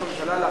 עם ראש הממשלה,